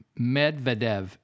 Medvedev